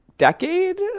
decade